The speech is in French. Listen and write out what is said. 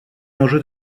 enjeux